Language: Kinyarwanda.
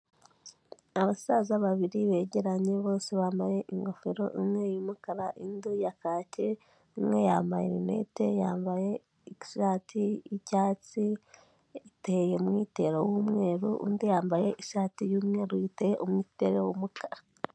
Abasaza babiri begeranye bose bambaye ingofero, imwe y'umukara, indi ya kaki, umwe yambaye rinete, yambaye ishati y'icyatsi, yiteye umwitero w'umweru, undi yambaye ishati y'umweru, yiteye umwitero w'umukara.